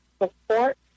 support